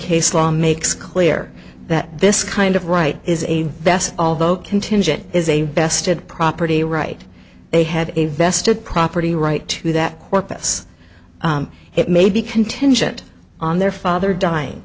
case law makes clear that this kind of right is a that although contingent is a vested property right they have a vested property right to that corpus it may be contingent on their father dying